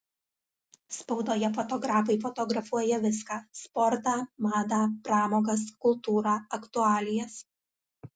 spaudoje fotografai fotografuoja viską sportą madą pramogas kultūrą aktualijas